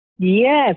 yes